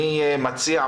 אני מציע,